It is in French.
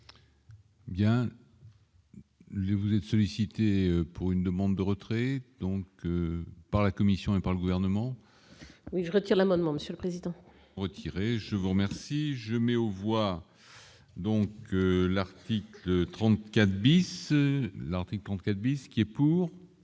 Les vous êtes sollicité pour une demande de retrait, donc par la Commission et par le gouvernement. Oui, je retire l'amendement Monsieur le Président. Je vous remercie, je mets aux voix donc l'article 34 bis, l'article